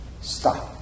stop